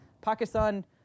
Pakistan